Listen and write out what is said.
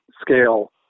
scale